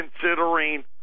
considering